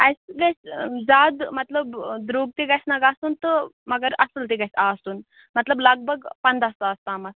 اَسہِ گژھِ زیادٕ مطلب درٛوٚگ تہِ گژھِ نہٕ گژھُن تہٕ مگر اَصٕل تہِ گژھِ آسُن مطلب لگ بگ پنٛداہ ساس تامَتھ